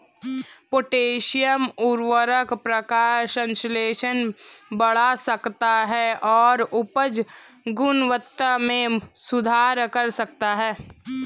potassium उवर्रक प्रकाश संश्लेषण बढ़ा सकता है और उपज गुणवत्ता में सुधार कर सकता है